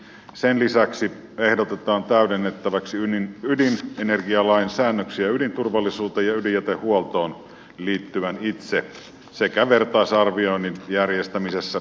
sen lisäksi ehdotetaan täydennettäväksi ydinenergialain säännöksiä ydinturvallisuuteen ja ydinjätehuoltoon liittyvän itse sekä vertaisarvioinnin järjestämisessä